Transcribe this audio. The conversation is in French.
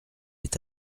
est